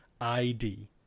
ID